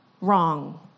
wrong